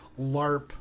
LARP